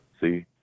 See